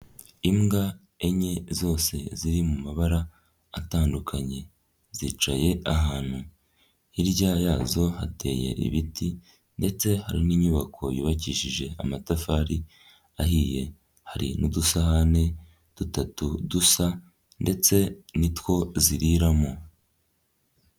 Imbwa enye zose ziri mu mabara atandukanye, zicaye ahantu, hirya yazo hateye ibiti ndetse hari n'inyubako yubakishije amatafari ahiye, hari n'udusahane dutatu dusa ndetse nitwo ziriramo.